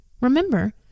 Remember